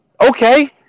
okay